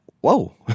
whoa